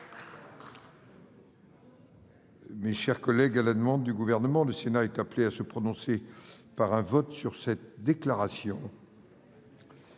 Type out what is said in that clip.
ce que vous faites ! À la demande du Gouvernement, le Sénat est appelé à se prononcer par un vote sur cette déclaration.